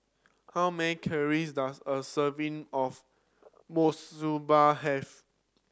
how many calories does a serving of Monsunabe have